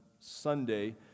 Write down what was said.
Sunday